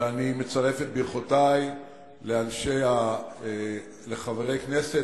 ואני מצרף את ברכותי לחברי הכנסת